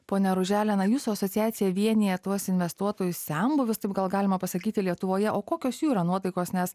pone ružele na jūsų asociacija vienija tuos investuotojus senbuvius taip gal galima pasakyti lietuvoje o kokios jų yra nuotaikos nes